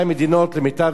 למיטב זיכרוני,